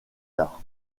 tard